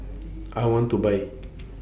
I want to Buy